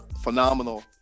phenomenal